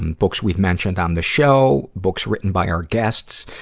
and books we've mentioned on the show, books written by our guests.